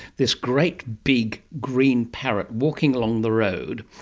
this great big green parrot walking along the road,